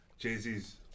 Jay-Z's